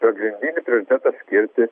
pagrindinį prioritetą skirti